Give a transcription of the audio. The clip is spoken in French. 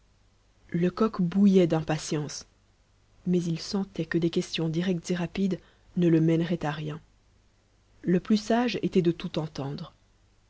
lecoq bouillait d'impatience mais il sentait que des questions directes et rapides ne le mèneraient à rien le plus sage était de tout entendre